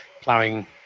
plowing